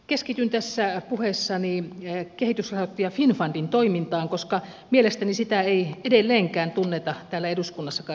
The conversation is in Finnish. keskityn tässä puheessani kehitysrahoittaja finnfundin toimintaan koska mielestäni sitä ei edelleenkään tunneta täällä eduskunnassakaan riittävästi